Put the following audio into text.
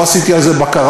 לא עשיתי על זה בקרה.